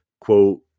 quote